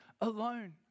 alone